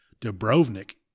Dubrovnik